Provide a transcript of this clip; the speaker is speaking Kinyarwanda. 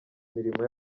mirimo